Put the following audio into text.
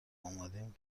اومدیم